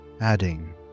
adding